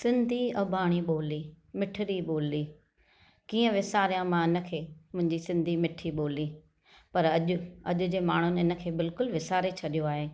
सिंधी अबाणी ॿोली मिठड़ी ॿोली कीअं विसारियां मां उनखे मुंहिंजी सिंधी मिठी ॿोली पर अॼु अॼु जे माण्हुनि हिनखे बिल्कुलु विसारे छॾियो आहे